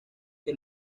que